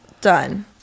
Done